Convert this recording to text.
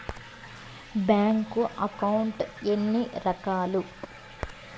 bank account ఎన్ని రకాలు